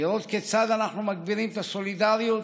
לראות כיצד אנחנו מגבירים את הסולידריות,